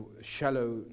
shallow